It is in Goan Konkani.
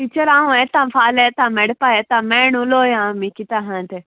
टिचर हांव येता फाल्यां येता मेडपा येता मेण उलोय आ आमी कित्या हा तें